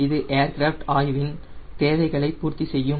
இது ஏர்கிராஃப்ட் ஆய்வின் தேவைகளை பூர்த்தி செய்யும்